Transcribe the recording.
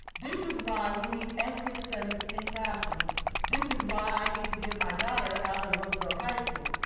this is why we need ethnic studies in classrooms. this is why i need to get my daughter out of roosevelt high school.